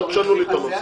אל תשנו לי את הנוסח.